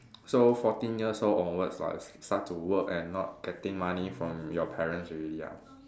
so fourteen years old onwards lah start to work and not getting money from your parents already ah